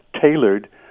tailored